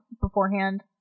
beforehand